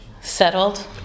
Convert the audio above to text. Settled